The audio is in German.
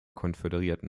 konföderierten